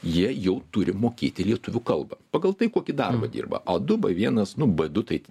jie jau turi mokėti lietuvių kalbą pagal tai kokį darbą dirba a du b vienas nu b du tai